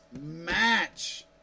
match